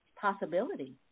possibility